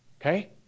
okay